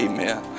Amen